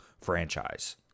franchise